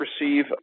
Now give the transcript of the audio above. receive